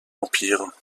empire